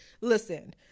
Listen